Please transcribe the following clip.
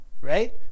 right